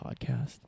podcast